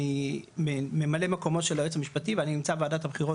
אני ממלא מקומו של היועץ המשפטי ואני נמצא בוועדת הבחירות